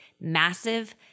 massive